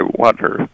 water